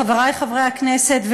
חברי חברי הכנסת,